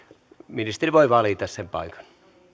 ministeri voi valita sen paikan